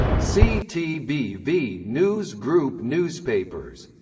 ctb v news group newspapers